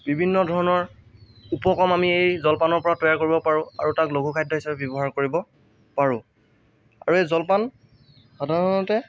বিভিন্ন ধৰণৰ উপক্ৰম আমি এই জলপানৰ পৰা তৈয়াৰ কৰিব পাৰোঁ আৰু তাক লঘু খাদ্য হিচাপে ব্যৱহাৰ কৰিব পাৰোঁ আৰু এই জলপান সাধাৰণতে